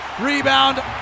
Rebound